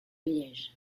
liège